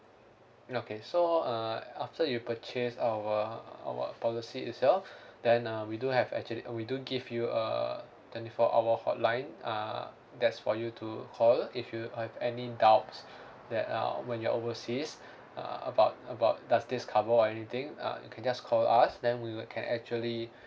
okay so uh after you purchase our our policy itself then uh we do have actually uh we do give you a twenty four hour hotline uh that's for you to call if you have any doubts that uh when you're overseas uh about about does this cover or anything uh you can just call us then we will can actually